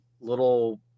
little